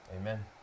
Amen